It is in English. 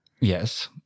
Yes